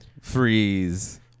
freeze